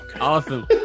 Awesome